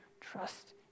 trust